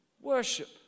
worship